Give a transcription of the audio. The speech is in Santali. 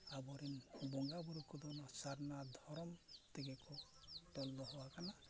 ᱟᱵᱚᱨᱮᱱ ᱵᱚᱸᱜᱟᱵᱩᱨᱩ ᱠᱚᱫᱚ ᱱᱚᱣᱟ ᱥᱟᱨᱱᱟ ᱫᱷᱚᱨᱚᱢ ᱛᱮᱜᱮ ᱠᱚ ᱛᱚᱞ ᱫᱚᱦᱚ ᱟᱠᱟᱱᱟ